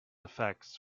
effects